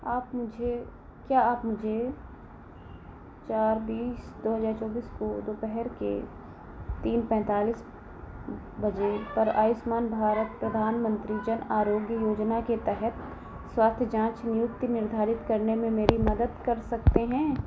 आप मुझे क्या आप मुझे चार बीस दो हज़ार चौबीस को दोपहर के तीन पैँतालीस बजे पर आयुष्मान भारत प्रधानमन्त्री जन आरोग्य योजना के तहत स्वास्थ्य जाँच नियुक्ति निर्धारित करने में मेरी मदद कर सकते हैं